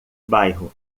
bairro